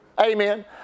Amen